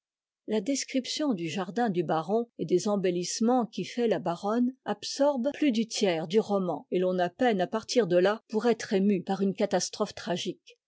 la description du jardin du baron et des embellissements qu'y fait la baronne absorbe plus du tiers du roman et l'on a peine à partir de là pour être ému par une catastrophe tragique